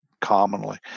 commonly